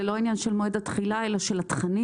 זה לא עניין של מועד התחילה אלא של התכנים